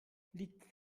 liegt